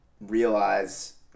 realize